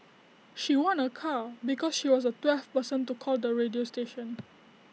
she won A car because she was the twelfth person to call the radio station